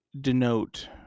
denote